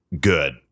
good